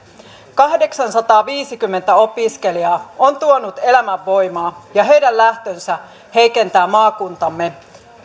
kahdeksansataaviisikymmentä opiskelijaa on tuonut elämänvoimaa ja heidän lähtönsä heikentää maakuntamme